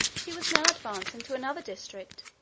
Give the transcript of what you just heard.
he was now advancing to another district,